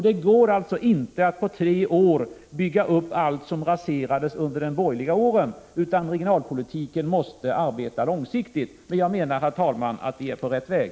Det går alltså inte att på tre år bygga upp allt som raserades under de borgerliga åren utan när det gäller regionalpolitiken måste man arbeta långsiktigt. Jag menar dock, herr talman, att vi är på rätt väg.